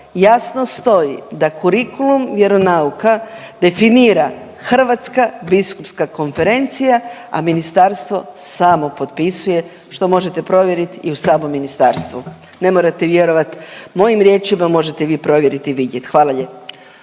jasno stoji da kurikulum vjeronauka definira HBK, a ministarstvo samo potpisuje što možete provjeriti i u samom ministarstvu, ne morate vjerovat mojim riječima, možete vi provjerit i vidjet. Hvala lijepo.